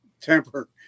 temper